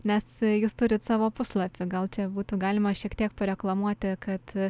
nes jūs turit savo puslapį gal čia būtų galima šiek tiek pareklamuoti kad